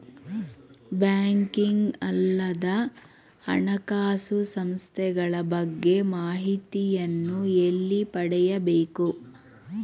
Banking ಅಲ್ಲದ ಹಣಕಾಸು ಸಂಸ್ಥೆಗಳ ಬಗ್ಗೆ ಮಾಹಿತಿಯನ್ನು ಎಲ್ಲಿ ಪಡೆಯಬೇಕು?